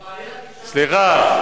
הבעיה, המשטרה, סליחה.